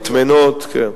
מטמנות, כן.